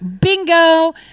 bingo